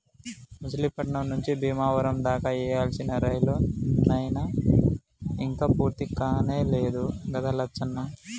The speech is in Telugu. మచిలీపట్నం నుంచి బీమవరం దాకా వేయాల్సిన రైలు నైన ఇంక పూర్తికానే లేదు గదా లచ్చన్న